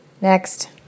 Next